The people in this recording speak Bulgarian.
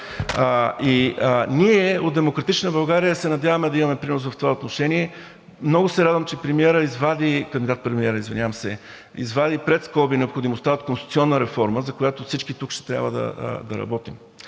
Ние от „Демократична България“ се надяваме да имаме принос в това отношение. Много се радвам, че кандидат-премиерът извади пред скоби необходимостта от конституционна реформа, за която всички тук ще трябва да работим.